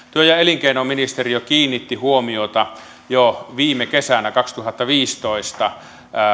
työ ja elinkeinoministeriö kiinnitti huomiota jo viime kesänä kaksituhattaviisitoista